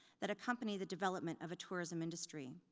that accompany the development of a tourism industry.